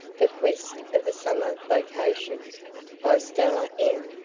the quest of a summer vacation by stella m.